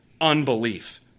unbelief